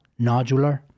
nodular